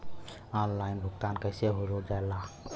Online भुगतान कैसे होए ला?